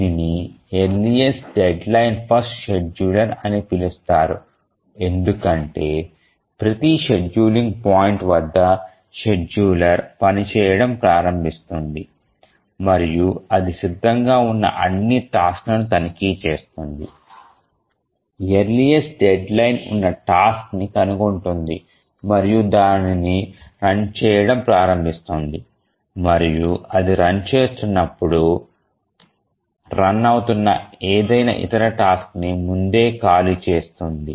దీనిని earliest deadline first scheduler అని పిలుస్తారు ఎందుకంటే ప్రతి షెడ్యూలింగ్ పాయింట్ వద్ద షెడ్యూలర్ పనిచేయడం ప్రారంభిస్తుంది మరియు అది సిద్ధంగా ఉన్న అన్ని టాస్క్ లను తనిఖీ చేస్తుంది ఎర్లీస్ట్ డెడ్లైన్ ఉన్న టాస్క్ ని కనుగొంటుంది మరియు దానిని రన్ చేయడం ప్రారంభిస్తుంది మరియు అది రన్ చేస్తున్నప్పుడు రన్ అవుతున్న ఏదైనా ఇతర టాస్క్ ని ముందే ఖాళీ చేయిస్తుంది